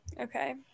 okay